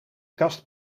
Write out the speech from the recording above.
kast